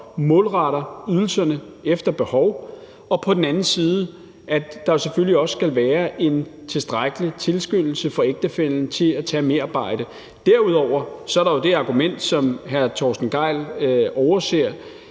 målretter ydelserne efter behov, og at der på den anden side selvfølgelig også skal være en tilstrækkelig tilskyndelse for ægtefællen til at tage merarbejde. Derudover er der jo det argument, som hr. Torsten Gejl overser,